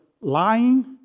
lying